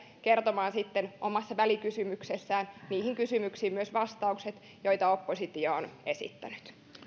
myös kertomaan omassa välikysymyksessään vastaukset niihin kysymyksiin joita oppositio on esittänyt